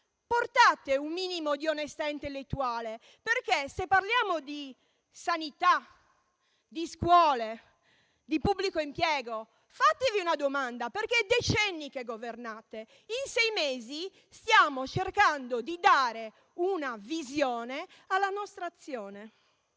Abbiate un minimo di onestà intellettuale, perché, se parliamo di sanità, di scuole e di pubblico impiego, fatevi una domanda, dato che avete governato per decenni. In sei mesi, stiamo cercando di dare una visione alla nostra azione.